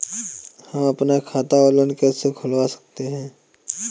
हम अपना खाता ऑनलाइन कैसे खुलवा सकते हैं?